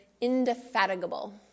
indefatigable